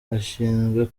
ishinzwe